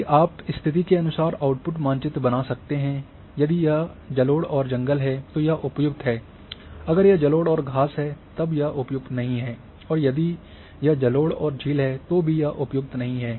यदि आप स्थिति के अनुसार आउटपुट मानचित्र बना सकते हैं यदि यह जलोढ़ और जंगल है तो यह उपयुक्त है अगर यह जलोढ़ और घास है तब यह उपयुक्त नहीं है और यदि यह जलोढ़ और झील है तो भी यह उपयुक्त नहीं है